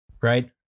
Right